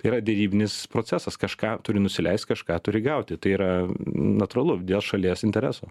tai yra derybinis procesas kažką turi nusileist kažką turi gauti tai yra natūralu dėl šalies interesų